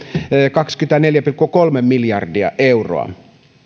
kaksikymmentäneljä pilkku kolme miljardia euroa